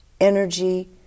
energy